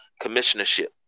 commissionership